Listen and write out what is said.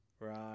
Right